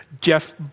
Jeff